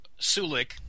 Sulik